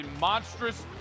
monstrous